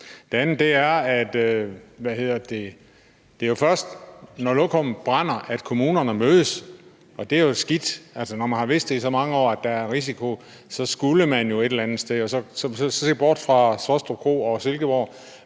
Noget andet er, at det først er, når lokummet brænder, at kommunerne mødes, og det er jo skidt. Altså, når man har vidst i så mange år, at der er en risiko, skulle man jo et eller andet sted – hvis vi så ser bort fra Svostrup Kro – se